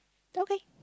okay